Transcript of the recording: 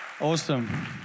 Awesome